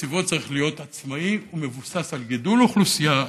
תקציבו צריך להיות עצמאי ומבוסס על גידול אוכלוסייה,